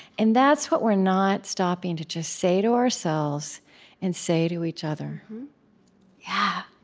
and that's what we're not stopping to just say to ourselves and say to each other yeah,